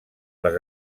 les